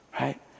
right